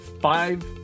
five